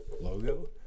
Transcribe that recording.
logo